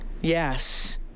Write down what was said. Yes